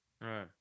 right